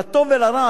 לטוב ולרע,